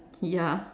ya